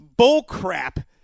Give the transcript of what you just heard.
Bullcrap